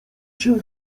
się